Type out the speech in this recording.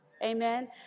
Amen